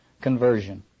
conversion